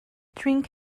drinks